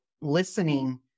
listening